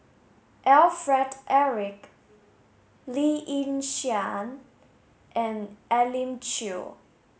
Alfred Eric Lee Yi Shyan and Elim Chew